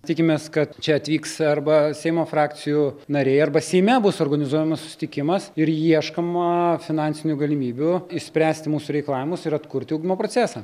tikimės kad čia atvyks arba seimo frakcijų nariai arba seime bus organizuojamas susitikimas ir ieškoma finansinių galimybių išspręsti mūsų reikalavimus ir atkurti ugdymo procesą